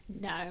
No